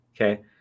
Okay